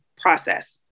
process